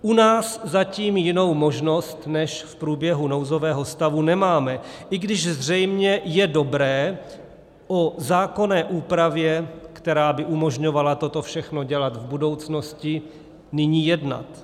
U nás zatím jinou možnost než v průběhu nouzového stavu nemáme, i když zřejmě je dobré o zákonné úpravě, která by umožňovala toto všechno dělat v budoucnosti, nyní jednat.